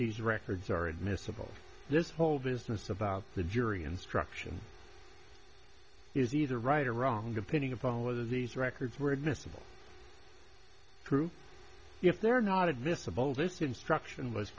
these records are admissible this whole business about the jury instruction is either right or wrong opinion of all of these records were admissible true if they're not admissible this instruction was